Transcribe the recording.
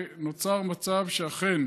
ונוצר מצב שאכן,